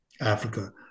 Africa